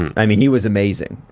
i mean he was amazing.